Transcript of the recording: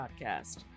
podcast